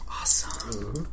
Awesome